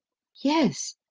yes,